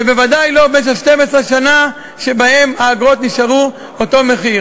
ובוודאי לא במשך 12 שנה שבהן האגרות נשארו אותו סכום.